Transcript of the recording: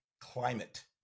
climate